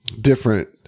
different